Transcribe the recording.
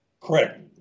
correct